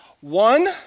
One